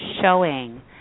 showing